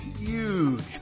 Huge